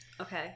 Okay